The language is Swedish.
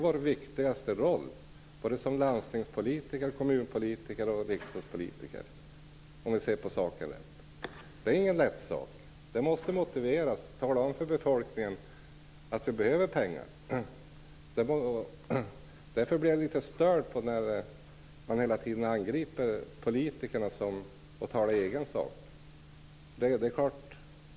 Det gäller oavsett om vi är landstingspolitiker, kommunpolitiker eller riksdagspolitiker, och det är inte någon lätt uppgift. Vi måste inför befolkningen motivera att det behövs pengar. Jag blir litet störd när man hela tiden angriper politikerna för att tala i egen sak.